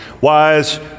wise